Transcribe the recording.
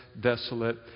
desolate